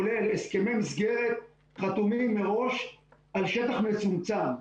כולל הסכמי מסגרת חתומים מראש על שטח מצומצם.